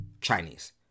Chinese